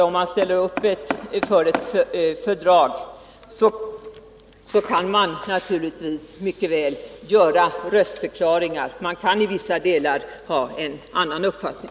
Om man ställer upp för ett fördrag kan man naturligtvis mycket väl avge röstförklaring och i vissa delar ha en annan uppfattning.